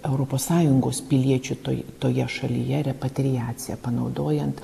europos sąjungos piliečių toj toje šalyje repatriaciją panaudojant